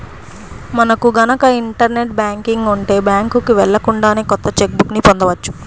మనకు గనక internet banking ఉంటే బ్యాంకుకి వెళ్ళకుండానే కొత్త చెక్ బుక్ ని పొందవచ్చు